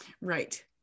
Right